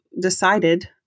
decided